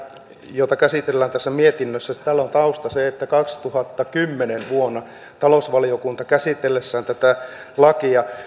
jota käsitellään tässä mietinnössä on tausta se että vuonna kaksituhattakymmenen talousvaliokunta käsitellessään tätä lakia